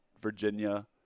Virginia